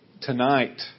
tonight